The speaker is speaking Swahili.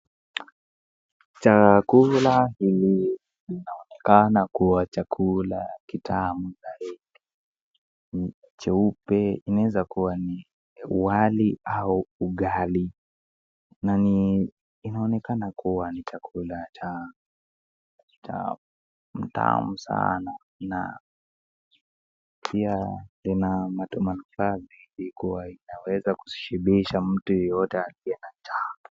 Chakula inaonekana kuwa chakula kitamu na ni cheupe inaweza kuwa ni wali au ugali na ni inaonekana kuwa ni chakula cha tamu, mtaamu sana na pia inatumanufadhi ili kuwa inaweza kushibisha mtu yeyote aliye na njaa.